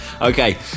Okay